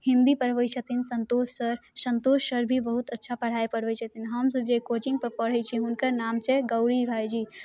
हिन्दी पढ़बै छथिन Santosh sir Santosh sir भी बहुत अच्छा पढ़ाइ पढ़बै छथिन हमसभ जे कोचिंगपर पढ़ै छियै हुनकर नाम छियै गौरी भायजी